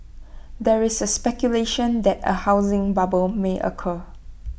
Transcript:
there is speculation that A housing bubble may occur